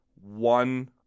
one